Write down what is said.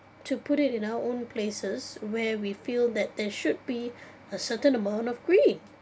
to put it in our own places where we feel that there should be a certain amount of green